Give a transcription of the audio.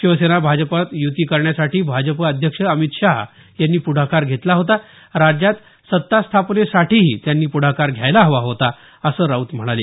शिवसेना भाजपात युती करण्यासाठी भाजप अध्यक्ष अमित शहा यांनी पुढाकार घेतला होता राज्यात सत्तास्थापनेसाठीही त्यांनी पुढाकार घ्यायला हवा होता असं राऊत म्हणाले